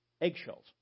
Eggshells